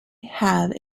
have